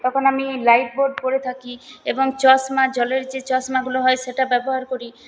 তখন আমি life board পরে থাকি এবং চশমা জলের যে চশমাগুলো হয় সেটা ব্যবহার করি